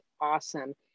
awesome